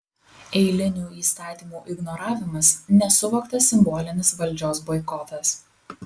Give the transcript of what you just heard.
eilinių įstatymų ignoravimas nesuvoktas simbolinis valdžios boikotas